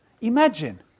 Imagine